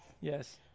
Yes